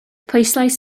pwyslais